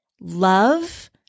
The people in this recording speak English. love